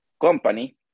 company